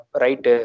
right